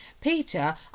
Peter